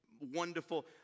wonderful